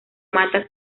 mata